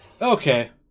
Okay